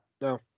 No